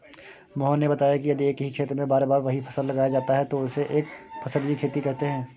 मोहन ने बताया कि यदि एक ही खेत में बार बार वही फसल लगाया जाता है तो उसे एक फसलीय खेती कहते हैं